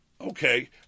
Okay